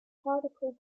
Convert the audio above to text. particle